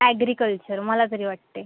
agriculture मला तरी वाटतंय